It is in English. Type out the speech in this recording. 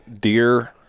deer